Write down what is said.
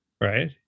right